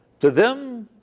to them,